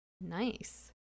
Nice